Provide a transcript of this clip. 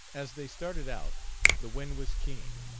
as they started out the wind was keen,